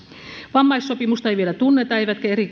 vammaissopimusta ei vielä tunneta eivätkä